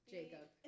Jacob